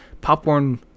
popcorn